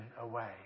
away